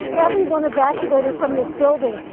everyone evacuated from this building.